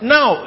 Now